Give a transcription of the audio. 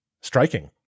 striking